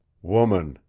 woman,